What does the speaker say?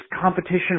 competition